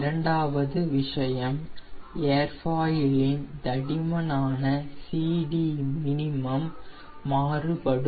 இரண்டாவது விஷயம் ஏர்ஃபாயிலின் தடிமனான CDmin மாறுபடும்